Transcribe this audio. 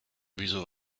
wieso